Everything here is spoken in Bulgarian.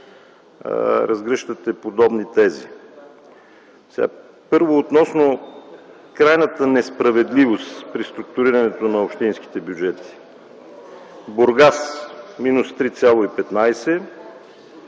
разгръщате подобни тези. Първо, относно крайната несправедливост при структурирането на общинските бюджети: Бургас – минус 3,15;